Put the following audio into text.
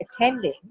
attending